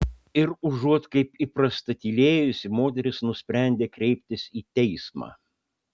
ir užuot kaip įprasta tylėjusi moteris nusprendė kreiptis į teismą